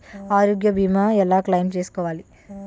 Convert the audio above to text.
ఆరోగ్య భీమా ఎలా క్లైమ్ చేసుకోవాలి?